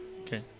Okay